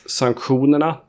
sanktionerna